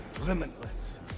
limitless